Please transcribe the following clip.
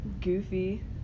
goofy